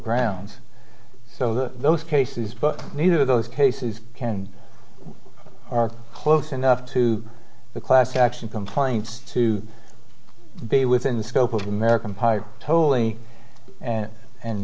grounds so that those cases but neither of those cases can are close enough to the class action complaint to be within the scope of american pie tolly and